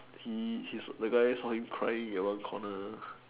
he his the guy saw him crying at one corner